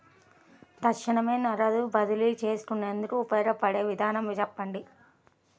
తక్షణమే నగదు బదిలీ చేసుకునేందుకు ఉపయోగపడే విధానము చెప్పండి?